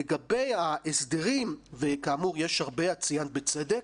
לגבי ההסדרים וכאמור יש הרבה, את ציינת, בצדק,